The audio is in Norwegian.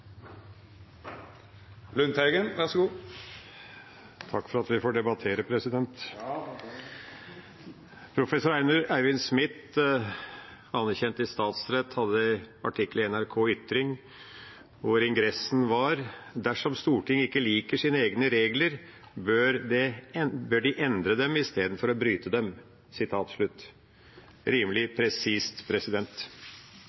Takk for at vi får debattere, president! Professor Eivind Smith, anerkjent i statsrett, hadde en artikkel i NRK Ytring hvor ingressen var: «Dersom Stortinget ikke liker sine egne regler, bør det endre dem i stedet for å bryte dem.» Det er rimelig